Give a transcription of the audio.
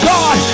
God